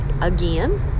Again